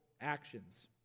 actions